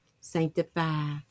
sanctify